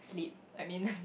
sleep I mean